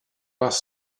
bus